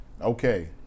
okay